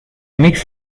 miks